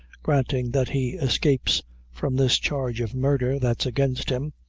granting that he escapes from this charge of murder that's against him,